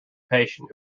patient